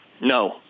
No